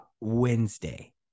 Wednesday